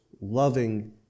loving